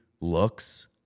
looks